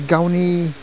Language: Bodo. गावनि